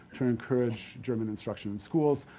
to encourage german instruction in schools.